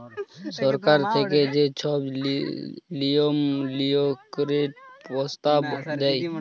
সরকার থ্যাইকে যে ছব লিয়ম লিয়ল্ত্রলের পরস্তাব দেয়